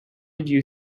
you